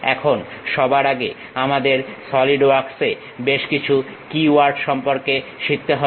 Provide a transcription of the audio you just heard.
এখন সবার আগে আমাদের সলিড ওয়ার্কসে বেশ কিছু কীওয়ার্ড সম্পর্কে শিখতে হবে